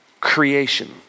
creation